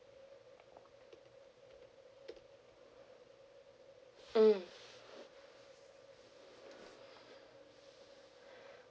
mm